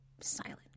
silent